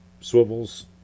swivels